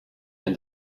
and